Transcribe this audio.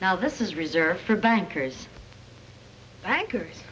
now this is reserved for bankers bankers